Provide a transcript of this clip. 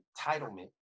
entitlement